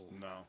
no